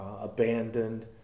abandoned